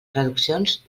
traduccions